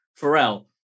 Pharrell